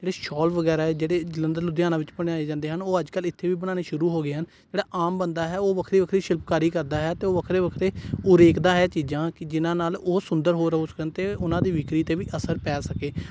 ਜਿਹੜੇ ਸ਼ੋਲ ਵਗੈਰਾ ਏ ਜਿਹੜੇ ਜਲੰਧਰ ਲੁਧਿਆਣਾ ਵਿੱਚ ਬਣਾਏ ਜਾਂਦੇ ਹਨ ਉਹ ਅੱਜ ਕੱਲ੍ਹ ਇੱਥੇ ਵੀ ਬਣਾਉਣੇ ਸ਼ੁਰੂ ਹੋ ਗਏ ਹਨ ਜਿਹੜਾ ਆਮ ਬੰਦਾ ਹੈ ਉਹ ਵੱਖਰੀ ਵੱਖਰੀ ਸ਼ਿਲਪਕਾਰੀ ਕਰਦਾ ਹੈ ਅਤੇ ਉਹ ਵੱਖਰੇ ਵੱਖਰੇ ਉਰੇਕਦਾ ਹੈ ਚੀਜ਼ਾਂ ਕਿ ਜਿਹਨਾਂ ਨਾਲ ਉਹ ਸੁੰਦਰ ਹੋਰ ਹੋ ਸਕਣ ਅਤੇ ਉਹਨਾਂ ਦੀ ਵਿਕਰੀ 'ਤੇ ਵੀ ਅਸਰ ਪੈ ਸਕੇ